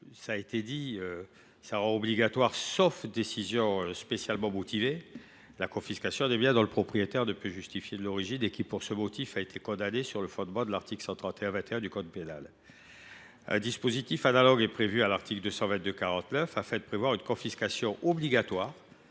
Il a pour objet de rendre obligatoire, sauf décision spécialement motivée, la confiscation des biens dont le propriétaire ne peut justifier de l’origine et qui, pour ce motif, a été condamné sur le fondement de l’article 131 21 du code pénal. Un dispositif analogue est prévu à l’article 222 49 du même code, qui prévoit la confiscation obligatoire